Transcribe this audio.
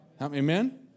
Amen